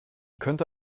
könnte